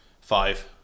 Five